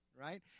Right